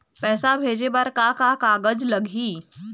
पैसा भेजे बर का का कागज लगही?